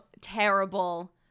terrible